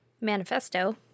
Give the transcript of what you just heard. manifesto